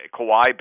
Kawhi